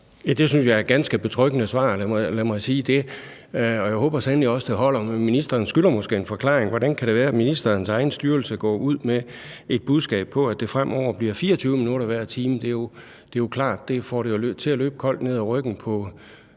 Det synes jeg er et ganske betryggende svar, lad mig sige det, og jeg håber sandelig også, det holder. Men ministeren skylder måske en forklaring på, hvordan det kan være, at ministerens egen styrelse går ud med et budskab om, at det fremover bliver 24 minutter hver time. Det er jo klart, at det får det til at løbe koldt ned ad ryggen på